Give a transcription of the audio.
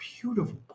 beautiful